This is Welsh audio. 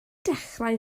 dechrau